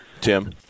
Tim